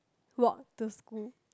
walk to school